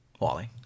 Wally